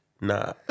Nah